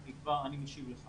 אני משיב לך